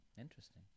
Interesting